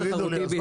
תגידו לי.